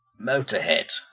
Motorhead